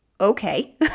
okay